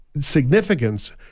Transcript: significance